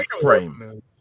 frame